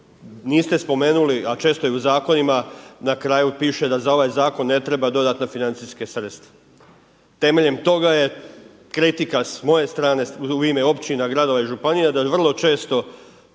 niste spomenuli, a često je u zakonima na kraju piše da za ovaj zakon ne treba dodatna financijska sredstva. Temeljem toga je kritika s moje strane u ime općina, gradova i županija da vrlo često